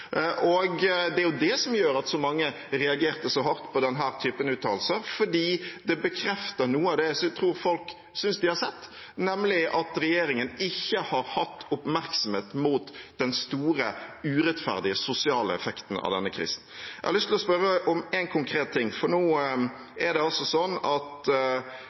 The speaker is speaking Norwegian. Det er det som gjør at så mange reagerte så hardt på denne typen uttalelser. Det bekrefter noe av det jeg tror folk synes de har sett, nemlig at regjeringen ikke har hatt oppmerksomhet mot den store, urettferdige sosiale effekten av denne krisen. Jeg har lyst til å spørre om en konkret ting. Nå er det altså sånn at